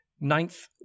Ninth